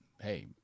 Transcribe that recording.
hey